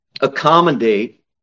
accommodate